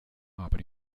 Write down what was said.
aber